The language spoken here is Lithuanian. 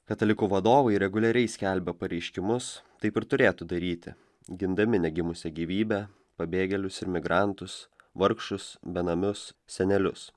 katalikų vadovai reguliariai skelbia pareiškimus taip ir turėtų daryti gindami negimusią gyvybę pabėgėlius imigrantus vargšus benamius senelius